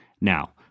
Now